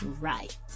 right